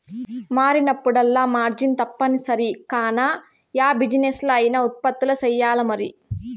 మారినప్పుడల్లా మార్జిన్ తప్పనిసరి కాన, యా బిజినెస్లా అయినా ఉత్పత్తులు సెయ్యాల్లమరి